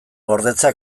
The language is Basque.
gordetzea